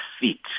feet